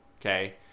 okay